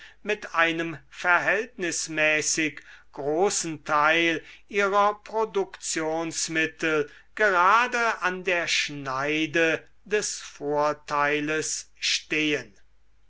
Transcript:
mit einem verhältnismäßig großen xeil ihrer produktionsmittel gerade an der schneide des vorteiles stehen